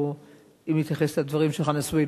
או אם נתייחס לדברים של חנא סוייד,